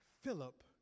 Philip